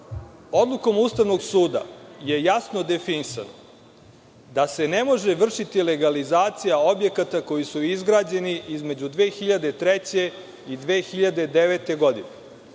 Odlukom Ustavnog suda je jasno definisano da se ne može vršiti legalizacija objekata koji su izgrađeni između 2003. i 2009. godine.